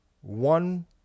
one